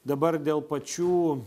dabar dėl pačių